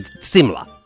similar